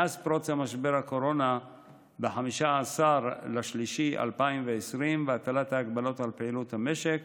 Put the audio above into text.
מאז פרוץ משבר הקורונה ב-15 במרץ 2020 והטלת ההגבלות על פעילות המשק